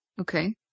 Okay